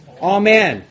Amen